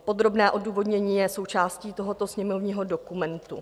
Podrobné odůvodnění je součástí tohoto sněmovního dokumentu.